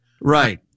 Right